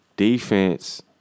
Defense